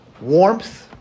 warmth